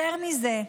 יותר מזה,